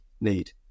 need